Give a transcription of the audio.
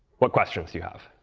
what questions you have?